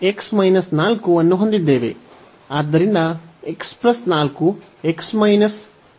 ಆದ್ದರಿಂದ x 4 0 ಗೆ ಸಮಾನವಾಗಿರುತ್ತದೆ